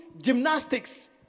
gymnastics